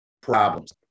problems